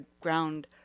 ground